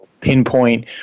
pinpoint